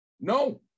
No